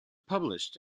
published